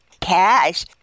cash